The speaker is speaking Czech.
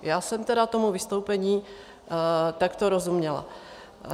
Já jsem tedy tomu vystoupení takto rozuměla.